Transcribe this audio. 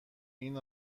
این